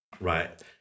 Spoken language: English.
right